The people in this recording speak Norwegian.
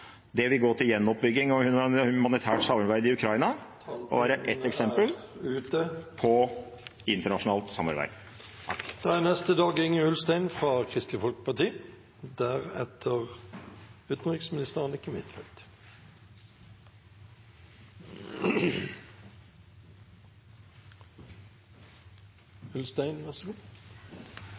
Det vil gå til gjenoppbygging og humanitært samarbeid i Ukraina og er et eksempel på internasjonalt samarbeid.